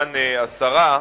וכמובן השרה,